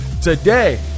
Today